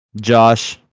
Josh